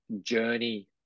journey